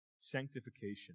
sanctification